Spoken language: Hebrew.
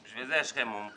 בשביל זה יש לכם מומחים,